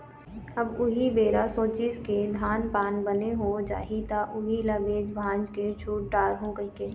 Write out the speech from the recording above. अब उही बेरा सोचिस के धान पान बने हो जाही त उही ल बेच भांज के छुट डारहूँ कहिके